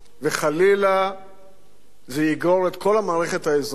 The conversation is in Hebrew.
וחלילה זה יגרור את כל המערכת האזורית,